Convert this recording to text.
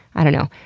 i don't know,